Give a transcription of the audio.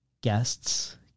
guests